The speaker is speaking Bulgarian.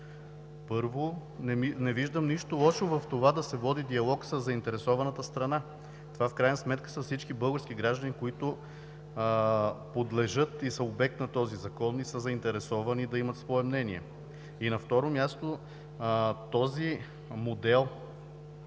Първо, не виждам нищо лошо в това да се води диалог със заинтересованата страна. Това в крайна сметка са всички български граждани, които подлежат, обект са на този закон и са заинтересовани да имат свое мнение. И на второ място, този модел